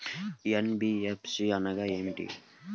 NBFC అనగా ఏమిటీ?